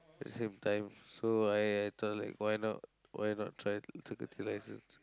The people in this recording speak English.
at the same time so I I thought like why not why not try take security license